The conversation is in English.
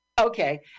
Okay